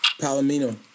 Palomino